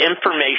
information